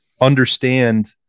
understand